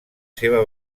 seva